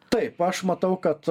taip aš matau kad